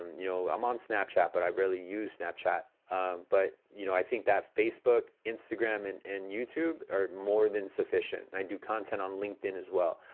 you know, i'm on snapchat, but i rarely use snapchat but, you know, i think that facebook, instagram and and youtube, are more than sufficient. and i do content on linkedin as well.